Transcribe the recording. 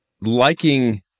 liking